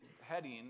heading